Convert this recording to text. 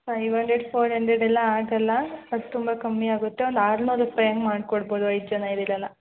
five hundred four hundred ಎಲ್ಲ ಆಗೋಲ್ಲ ಅದು ತುಂಬ ಕಮ್ಮಿ ಆಗುತ್ತೆ ಒಂದು ಆರುನೂರು ರೂಪಾಯಿ ಹಂಗೆ ಮಾಡಿಕೊಡ್ಬೋದು ಐದು ಜನ ಇದ್ದೀರಲ್ಲ